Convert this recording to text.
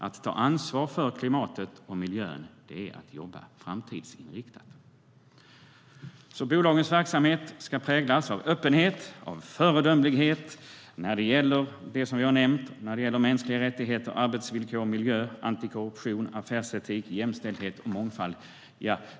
Att ta ansvar för klimatet och miljön är att jobba framtidsinriktat. Bolagens verksamhet ska präglas av öppenhet och föredömlighet när det gäller mänskliga rättigheter, arbetsvillkor, miljö, antikorruption, affärsetik, jämställdhet och mångfald.